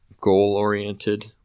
goal-oriented